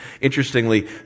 Interestingly